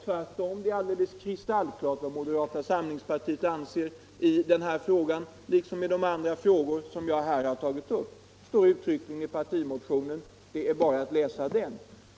Tvärtom är det kristallklart vad moderata samlingspartiet anser i denna fråga liksom i de övriga frågor som jag här har tagit upp. Det står uttryckligen i partimotionen och det är bara att läsa den.